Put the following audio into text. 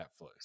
netflix